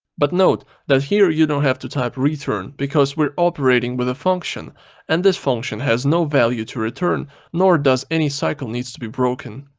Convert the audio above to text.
but note that here you don't have to type return because we're operating with a function and this function has no value to return nor does any cycle needs to be broken.